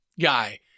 guy